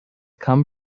come